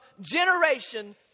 generation